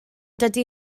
dydy